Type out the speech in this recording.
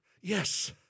Yes